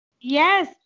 Yes